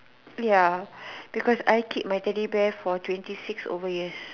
ya because I keep my Teddy bear for twenty six over years